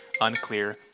unclear